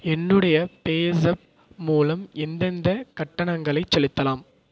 என்னுடைய பேஸாப் மூலம் எந்தெந்த கட்டணங்களைச் செலுத்தலாம்